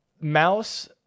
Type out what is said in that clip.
Mouse